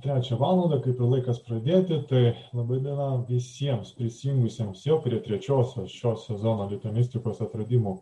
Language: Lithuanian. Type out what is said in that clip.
trečią valandą kaip ir laikas pradėti tai laba diena visiems prisijungusiems prie trečiosios šio sezono lituanistikos atradimų